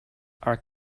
are